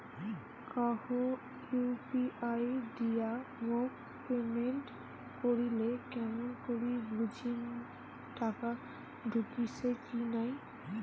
কাহো ইউ.পি.আই দিয়া মোক পেমেন্ট করিলে কেমন করি বুঝিম টাকা ঢুকিসে কি নাই?